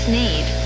need